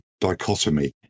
dichotomy